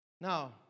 Now